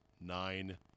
nine